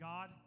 God